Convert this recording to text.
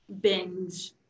binge